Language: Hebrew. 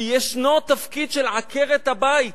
וישנו תפקיד של עקרת הבית,